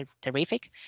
terrific